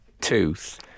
tooth